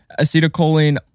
Acetylcholine